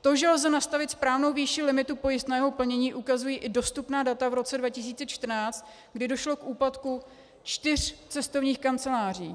To, že lze nastavit správnou výši limitu pojistného plnění, ukazují i dostupná data v roce 2014, kdy došlo k úpadku čtyř cestovních kanceláří.